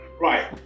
Right